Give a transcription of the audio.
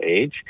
age